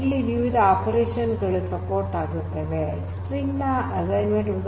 ಇಲ್ಲಿ ವಿವಿಧ ಆಪರೇಷನ್ ಗಳು ಬೆಂಬಲಿಸುತ್ತದೆ ಸ್ಟ್ರಿಂಗ್ ನ ಅಸೈನ್ಮೆಂಟ್